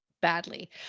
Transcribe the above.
badly